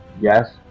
Yes